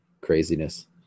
craziness